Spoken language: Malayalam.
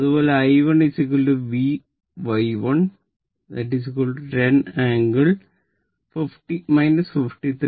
അതുപോലെ I 1 V Y 1 10 ∟ 53